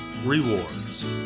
Rewards